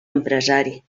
empresari